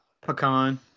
Pecan